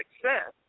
success